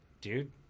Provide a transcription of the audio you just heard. dude